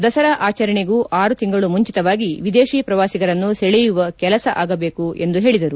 ದಸರಾ ಆಚರಣೆಗೂ ಆರು ತಿಂಗಳು ಮುಂಚಿತವಾಗಿ ವಿದೇಶಿ ಪ್ರವಾಸಿಗರನ್ನು ಸೆಳೆಯುವ ಕೆಲಸ ಆಗಬೇಕು ಎಂದು ಹೇಳಿದರು